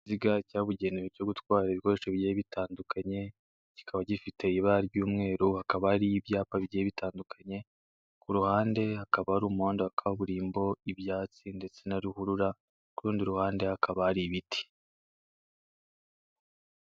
Ikinyabiziga cyabugenewe cyo gutwara ibikoresho bigiye bitandukanye, kikaba gifite ibara ry'umweru, hakaba hariho ibyapa bitandukanye, ku ruhande hakaba hari umuhanda wa kaburimbo, ibyatsi ndetse na ruhurura, ku rundi ruhande hakaba hari ibiti.